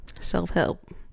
self-help